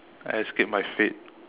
I escape my fate